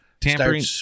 Tampering